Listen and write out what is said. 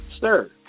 Sir